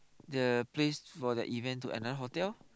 the place for that event to another hotel